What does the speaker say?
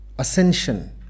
ascension